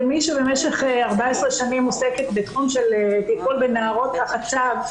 כמי שבמשך 14 שנה עוסקת בתחום של טיפול בנערות תחת צו,